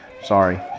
Sorry